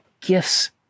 gifts